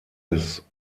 des